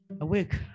awake